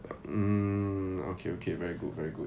mm okay okay very good very good